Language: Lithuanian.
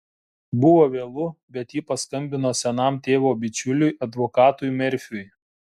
buvo vėlu bet ji paskambino senam tėvo bičiuliui advokatui merfiui